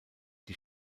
die